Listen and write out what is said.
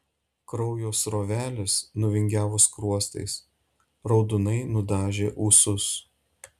kraujo srovelės nuvingiavo skruostais raudonai nudažė ūsus